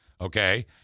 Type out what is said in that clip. Okay